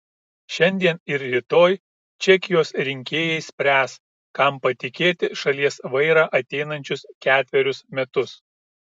šiandien ir rytoj čekijos rinkėjai spręs kam patikėti šalies vairą ateinančius ketverius metus